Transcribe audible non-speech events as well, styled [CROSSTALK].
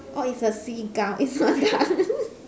oh it's a seagull [LAUGHS] it's not duck